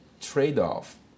trade-off